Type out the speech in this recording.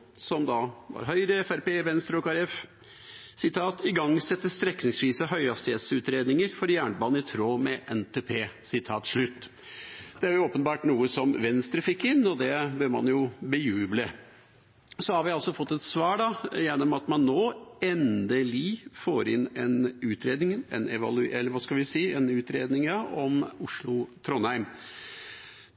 Høyre, Fremskrittspartiet, Venstre og Kristelig Folkeparti sto bak, at regjeringa vil «igangsette strekningsvise høyhastighetsutredninger for jernbane i tråd med NTP». Det er åpenbart noe Venstre fikk inn, og det bør man bejuble. Så har man fått et svar gjennom at man nå, endelig, får inn en utredning om Oslo–Trondheim.